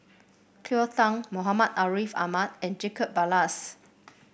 Cleo Thang Muhammad Ariff Ahmad and Jacob Ballas